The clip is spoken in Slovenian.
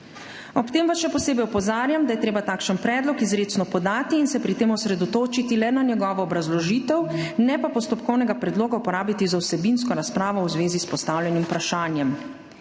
Ob tem vas še posebej opozarjam, da je treba takšen predlog izrecno podati in se pri tem osredotočiti le na njegovo obrazložitev, ne pa postopkovnega predloga uporabiti za vsebinsko razpravo v zvezi s postavljenim vprašanjem.